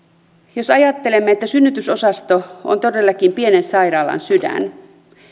jos ajattelemme että synnytysosasto on todellakin pienen sairaalan sydän